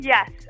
Yes